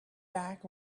back